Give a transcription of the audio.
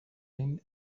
him